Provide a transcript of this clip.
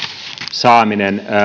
saaminen